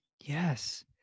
Yes